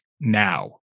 now